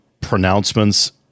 pronouncements